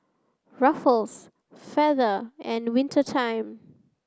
Ruffles Feather and Winter Time